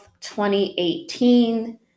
2018